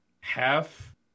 half